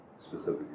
specifically